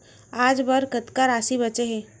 आज बर कतका राशि बचे हे?